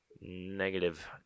Negative